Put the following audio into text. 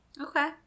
Okay